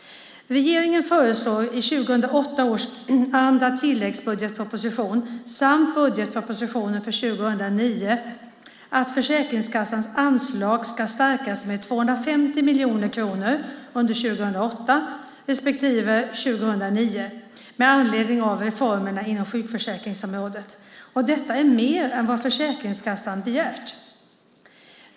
Regeringen föreslår i 2008 års andra tilläggsbudgetproposition samt budgetpropositionen för 2009 att Försäkringskassans anslag ska stärkas med 250 miljoner kronor under 2008 respektive 2009 med anledning av reformerna inom sjukförsäkringsområdet. Detta är mer än vad Försäkringskassan begärt.